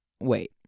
wait